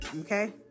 okay